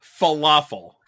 Falafel